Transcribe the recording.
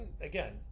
again